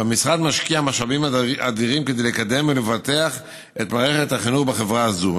והמשרד משקיע משאבים אדירים כדי לקדם ולפתח את מערכת החינוך בחברה הזו.